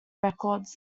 records